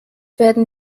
werden